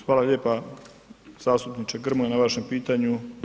Hvala lijepa zastupniče Grmoja na vašem pitanju.